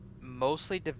mostly